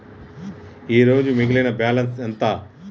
ఈరోజు మిగిలిన బ్యాలెన్స్ ఎంత?